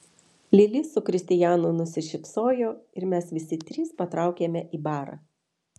lili su kristijanu nusišypsojo ir mes visi trys patraukėme į barą